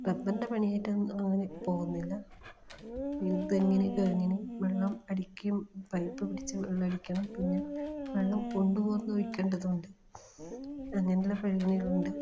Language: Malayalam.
റബ്ബറിൻ്റെ പണിയായിട്ട് അങ്ങ് അങ്ങനെ പോകുന്നില്ല തെങ്ങിനും കവുങ്ങിനും വെള്ളം അടിക്കും പൈപ്പ് പിടിച്ച് വെള്ളമടിക്കണം പിന്നെ വെള്ളം കൊണ്ട് പോവുന്ന ഒഴിക്കേണ്ടതുണ്ട് അങ്ങനെയുള്ള പണികളുണ്ട്